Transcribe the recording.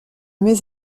mets